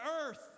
earth